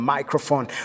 Microphone